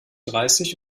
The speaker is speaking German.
dreißig